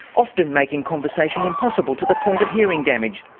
often making conversation impossible to the point of hearing damage.